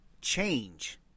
change